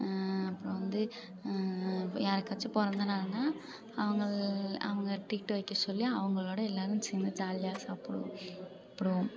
அப்புறம் வந்து யாருக்காச்சும் பிறந்த நாள்னா அவங்க அவங்களை ட்ரீட்டு வைக்க சொல்லி அவங்களோடு எல்லோரும் சேர்ந்து ஜாலியாக சாப்பிடுவோம் அப்புறம்